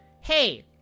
hey